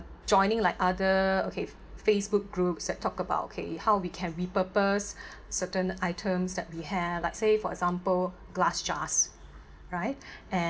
joining like other okay facebook groups that talk okay about how we can repurpose certain items that we have let's say for example glass jars right